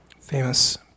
famous